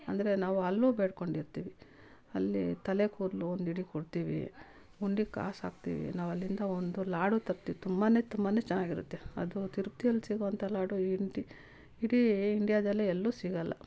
ಅಂದರೆ ನಾವು ಅಲ್ಲೂ ಬೇಡಿಕೊಂಡಿರ್ತೀವಿ ಅಲ್ಲಿ ತಲೆ ಕೂದಲು ಒಂದು ಹಿಡಿ ಕೊಡ್ತೀವಿ ಹುಂಡಿಗೆ ಕಾಸು ಹಾಕ್ತಿವಿ ನಾವು ಅಲ್ಲಿಂದ ಒಂದು ಲಾಡು ತರ್ತೀವಿ ತುಂಬಾ ತುಂಬಾ ಚೆನ್ನಾಗಿರುತ್ತೆ ಅದು ತಿರುಪ್ತಿ ಅಲ್ಲಿ ಸಿಗೊಂಥ ಲಾಡು ಇಂಡಿ ಇಡೀ ಇಂಡಿಯಾದಲ್ಲೇ ಎಲ್ಲೂ ಸಿಗೋಲ್ಲ